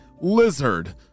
lizard